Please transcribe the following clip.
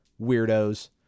weirdos